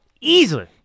easily